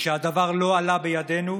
משהדבר לא עלה בידינו,